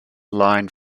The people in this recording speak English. line